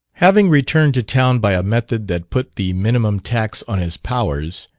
having returned to town by a method that put the minimum tax on his powers,